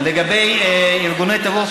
לגבי ארגוני טרור,